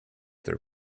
their